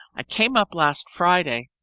i came up last friday,